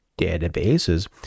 databases